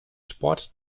sport